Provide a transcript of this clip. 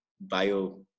bio